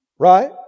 Right